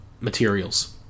materials